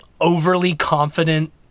overly-confident